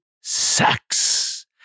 sex